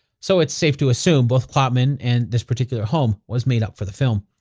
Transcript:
so it's safe to assume both kloppman and this particular home was made up for the film.